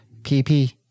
PP